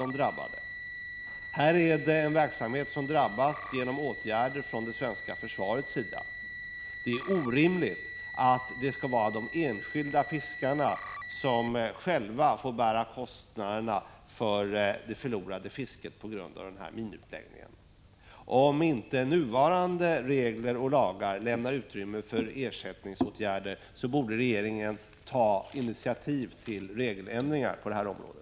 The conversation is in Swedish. I detta sammanhang drabbas alltså en verksamhet till följd av åtgärder från det svenska försvarets sida. Det är således orimligt att enskilda fiskare själva får bära kostnaderna för förlorat fiske till följd av nämnda minutläggning. Om nuvarande regler och lagar inte medger utrymme för ersättning, borde regeringen ta initiativ till regeländringar på detta område.